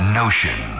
notion